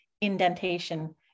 indentation